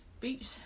beach